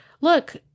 look